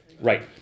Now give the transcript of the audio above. Right